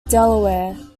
delaware